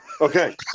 Okay